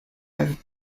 have